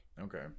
Okay